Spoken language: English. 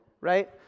right